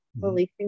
releasing